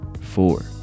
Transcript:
four